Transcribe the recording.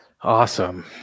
Awesome